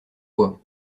bois